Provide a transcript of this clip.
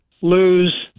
lose